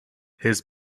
his